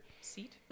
seat